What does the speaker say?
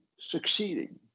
succeeding